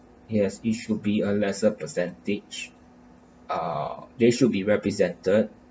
yes it should be a lesser percentage uh they should be represented